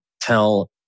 tell